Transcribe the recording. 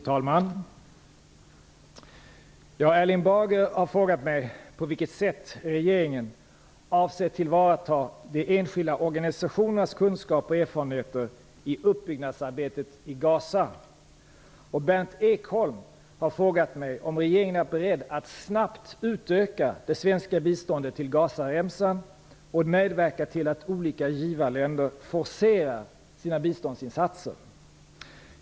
Fru talman! Erling Bager har frågat mig på vilket sätt regeringen avser tillvarata de enskilda organisationernas kunskaper och erfarenheter i uppbyggnadsarbetet i Gaza. Berndt Ekholm har frågat mig om regeringen är beredd att snabbt utöka det svenska biståndet till Gazaremsan och medverka till att olika givarländer forcerar sina biståndsinsatser.